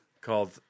Called